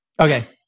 Okay